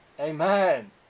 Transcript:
Amen